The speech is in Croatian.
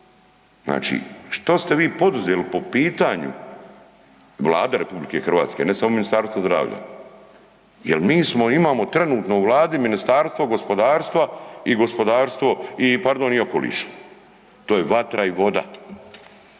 Znači, što ste vi poduzeli po pitanju, Vlada RH, ne samo Ministarstvo zdravlja jer mi smo, imamo trenutno u Vladi Ministarstvo gospodarstva i gospodarstvo,